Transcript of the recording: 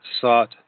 sought